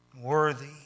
worthy